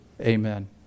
Amen